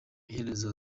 iherezo